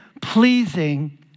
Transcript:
Pleasing